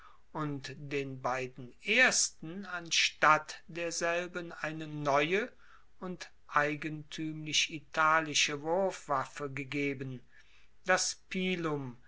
und den beiden ersten anstatt derselben eine neue und eigentuemlich italische wurfwaffe gegeben das pilum